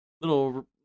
little